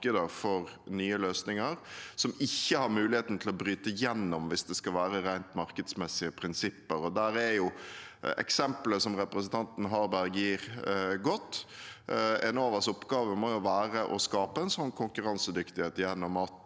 for nye løsninger som ikke har muligheten til å bryte gjennom hvis det skal være rent markedsmessige prinsipper. Der er eksempelet representanten Harberg gir, godt. Enovas oppgave må være å skape en sånn konkurransedyktighet, gjennom at